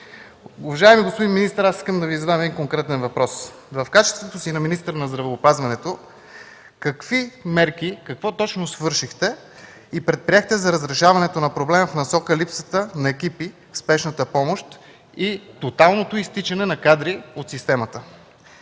Уважаеми господин министър, искам да Ви задам конкретен въпрос: в качеството си на министър на здравеопазването какви мерки предприехте, какво точно свършихте за разрешаването на проблема в насока липсата на екипи в Спешната помощ и тоталното изтичане на кадри от системата?